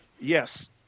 Yes